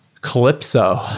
Calypso